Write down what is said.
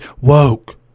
woke